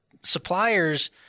suppliers